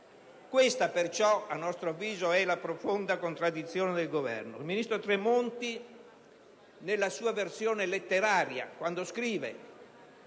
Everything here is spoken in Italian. questa la profonda contraddizione del Governo: il ministro Tremonti, nella sua versione letteraria, quando scrive,